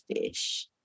fish